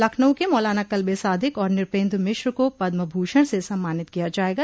लखनऊ के मौलाना कल्बे सादिक और नृपेन्द्र मिश्र को पद्मभूषण स सम्मानित किया जायेगा